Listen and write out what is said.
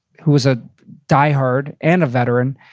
who is a diehard and a veteran,